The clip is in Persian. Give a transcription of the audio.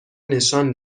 نشان